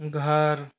घर